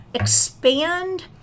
expand